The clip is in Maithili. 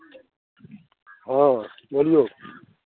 हँ बोलियौ